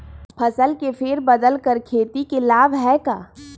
फसल के फेर बदल कर खेती के लाभ है का?